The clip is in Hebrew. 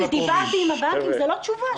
"דיברתי עם הבנקים" זאת לא תשובה.